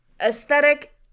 aesthetic